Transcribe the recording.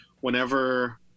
whenever